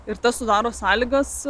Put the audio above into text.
ir tas sudaro sąlygas